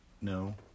no